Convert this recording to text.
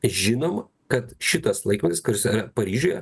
žinoma kad šitas laikrodis kuris paryžiuje